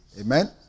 Amen